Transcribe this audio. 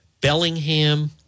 Bellingham